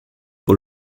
pour